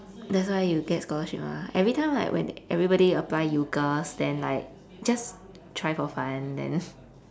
that's why you get scholarship ah every time like when everybody apply UCAS then like just try for fun then